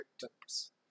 victims